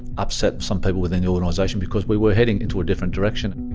upset some people within the organisation because we were heading into a different direction.